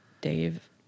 Dave